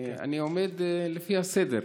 אני עובד לפי הסדר.